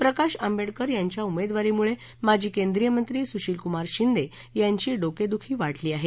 प्रकाश आंबेडकरांच्या उमेवारीमुळे माजी केंद्रीय मंत्री सुशिलकुमार शिंदे यांची डोकेदुखी वाढली आहे